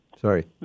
Sorry